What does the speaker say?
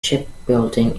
shipbuilding